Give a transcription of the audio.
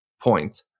point